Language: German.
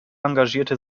engagierte